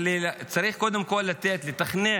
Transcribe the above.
צריך קודם לתת, לתכנן,